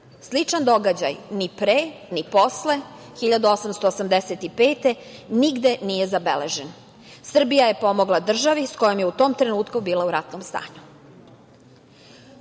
Sličan događaj ni pre ni posle 1885. godine nigde nije zabeležen. Srbija je pomogla državi sa kojom je u tom trenutku bila u ratnom stanju. Ljudima